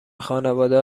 خانواده